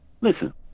Listen